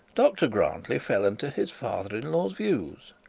dr grantly fell into his father-in-law's views.